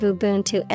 Ubuntu